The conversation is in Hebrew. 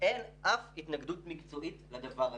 אין אף התנגדות מקצועית לדבר הזה,